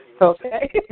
Okay